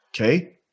Okay